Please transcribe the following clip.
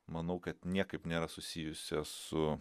manau kad niekaip nėra susijusios su